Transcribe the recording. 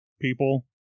people